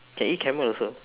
can eat camel also